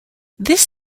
this